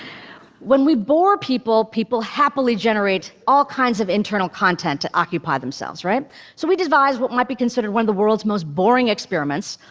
when we bore people, people happily generate all kinds of internal content to occupy themselves. so we devised what might be considered one of the world's most boring experiments.